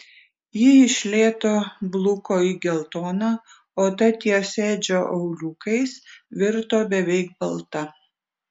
ji iš lėto bluko į geltoną o ta ties edžio auliukais virto beveik balta